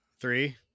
Three